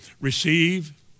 receive